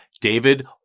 David